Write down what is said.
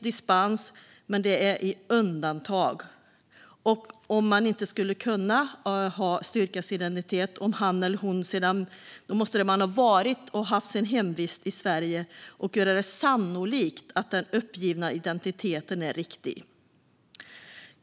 Dispens kan ges i undantagsfall för personer som inte kan styrka sin identitet om de har hemvist i Sverige och gör sannolikt att den uppgivna identiteten är riktig.